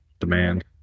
demand